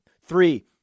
Three